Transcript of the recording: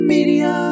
Media